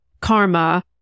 karma